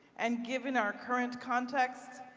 and given our current context,